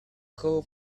whole